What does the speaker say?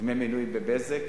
דמי מנוי ב"בזק"